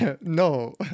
no